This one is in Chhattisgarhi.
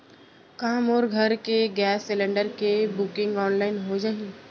का मोर घर के गैस सिलेंडर के बुकिंग ऑनलाइन हो जाही?